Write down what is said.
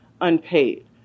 unpaid